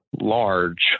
large